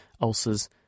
ulcers